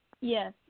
Yes